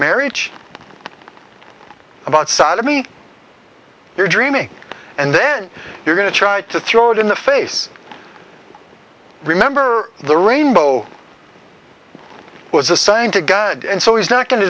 marriage about sodomy you're dreaming and then you're going to try to throw it in the face remember the rainbow was a sign to god and so he's not going to